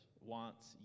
wants